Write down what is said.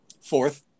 Fourth